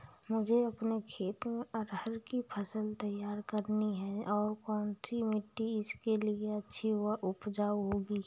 मुझे अपने खेत में अरहर की फसल तैयार करनी है और कौन सी मिट्टी इसके लिए अच्छी व उपजाऊ होगी?